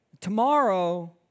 Tomorrow